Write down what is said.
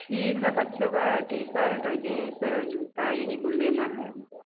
ठीक है बच्चों का टी सल्ट और जीन्स जूता यही कुल लेना है हमको